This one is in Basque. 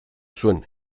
zuen